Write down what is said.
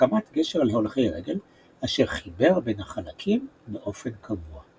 הקמת גשר להולכי רגל אשר חיבר בין החלקים באופן קבוע.